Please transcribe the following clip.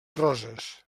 roses